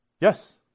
Yes